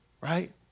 Right